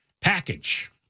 package